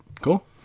Cool